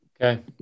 Okay